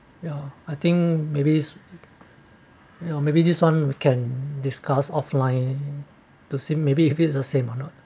ya I think maybe is maybe this one we can discuss offline to see maybe if it's the same or not